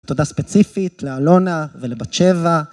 תודה ספציפית לאלונה ולבת שבע.